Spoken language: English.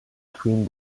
between